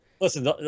Listen